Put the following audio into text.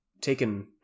taken